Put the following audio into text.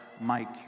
Mike